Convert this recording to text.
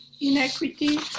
inequity